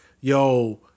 yo